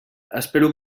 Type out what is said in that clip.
espero